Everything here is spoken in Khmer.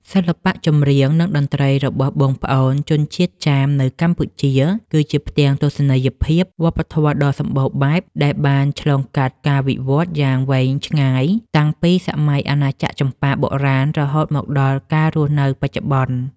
សិល្បៈចម្រៀង និងតន្ត្រីរបស់បងប្អូនជនជាតិចាមនៅកម្ពុជា គឺជាផ្ទាំងទស្សនីយភាពវប្បធម៌ដ៏សម្បូរបែប ដែលបានឆ្លងកាត់ការវិវត្តយ៉ាងវែងឆ្ងាយតាំងពីសម័យអាណាចក្រចម្ប៉ាបុរាណ រហូតមកដល់ការរស់នៅបច្ចុប្បន្ន។